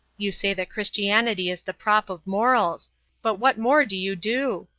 you say that christianity is the prop of morals but what more do you do?